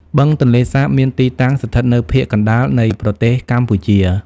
បឹងទន្លេសាបមានទីតាំងស្ថិតនៅភាគកណ្តាលនៃប្រទេសកម្ពុជា។